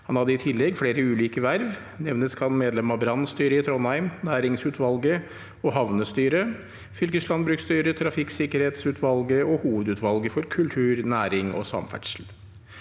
Han hadde i tillegg flere ulike verv, nevnes kan medlem av brannstyret i Trondheim, næringsutvalget, havnestyret, fylkeslandbruksstyret, trafikksikkerhetsutvalget og hovedutvalget for kultur, næring og samferdsel.